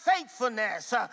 faithfulness